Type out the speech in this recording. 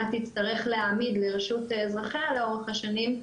תצטרך להעמיד לרשות אזרחיה לאורך השנים,